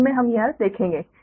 बाद में हम यह देखेंगे